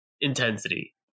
intensity